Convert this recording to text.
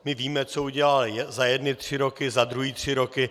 My víme, co udělal za jedny tři roky, za druhé tři roky.